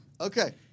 Okay